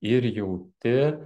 ir jauti